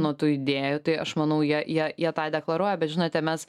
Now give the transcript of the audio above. nuo tų idėjų tai aš manau jie jei jie tą deklaruoja bet žinote mes